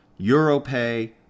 Europay